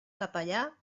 capellà